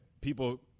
people